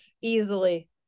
easily